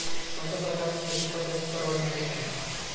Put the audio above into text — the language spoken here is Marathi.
कोणत्या प्रकारची शेती पद्धत परवडणारी आहे?